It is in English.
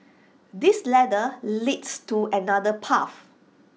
this ladder leads to another path